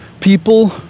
People